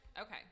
okay